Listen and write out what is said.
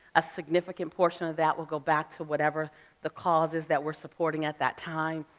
a significant portion of that will go back to whatever the cause is that we're supporting at that time.